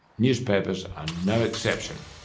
newspapers are no exception.